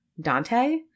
Dante